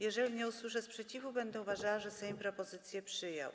Jeżeli nie usłyszę sprzeciwu, będę uważała, że Sejm propozycję przyjął.